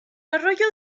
arroyo